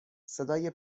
صدای